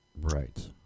Right